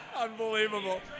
Unbelievable